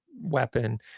weapon